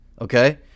Okay